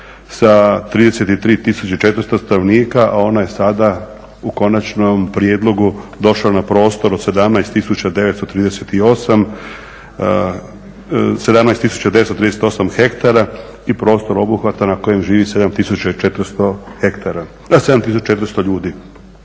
sa 33.400 stanovnika, a ona je sada u konačnom prijedlogu došla na prostor od 17.938 hektara i prostor obuhvata na kojem živi 7.400 ljudi.